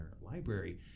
Library